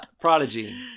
prodigy